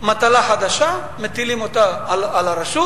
מטלה חדשה מטילים על הרשות.